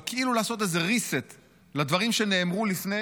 אבל כאילו לעשות איזה reset לדברים שנאמרו לפני,